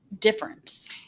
difference